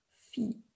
feet